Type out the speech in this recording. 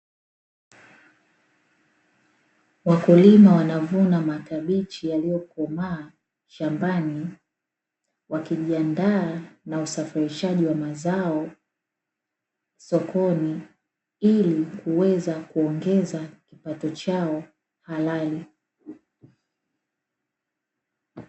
Wakulima wanavuna makabichi yaliyokomaa shambani, wakijiandaa na usafirishaji wa mazao sokoni ili kuweza kuongeza kipato chao halali.